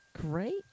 great